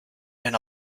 been